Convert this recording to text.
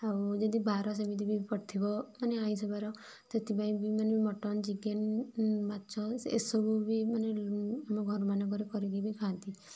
ଆଉ ଯଦି ବାର ସେମିତି ବି ପଡ଼ିଥିବ ମାନେ ଆଇଁଷ ବାର ସେଥିପାଇଁ ବି ମାନେ ମଟନ୍ ଚିକେନ୍ ମାଛ ଏ ସବୁ ବି ମାନେ ଆମ ଘରମାନଙ୍କ ରେ ବି କରିକି ବି ଖାଆନ୍ତି